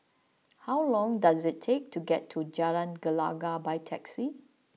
how long does it take to get to Jalan Gelegar by taxi